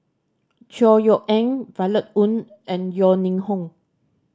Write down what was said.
Chor Yeok Eng Violet Oon and Yeo Ning Hong